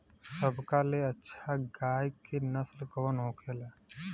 सबका ले अच्छा गाय के नस्ल कवन होखेला?